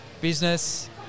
business